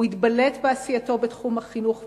הוא התבלט בעשייתו בתחום החינוך וההוראה,